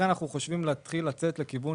אנחנו בעד שיהיה כמה שיותר ארוך,